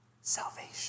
salvation